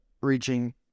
reaching